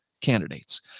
candidates